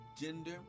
gender